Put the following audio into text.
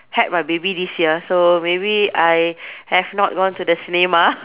had my baby this year so maybe I have not gone to the cinema